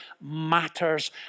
matters